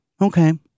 Okay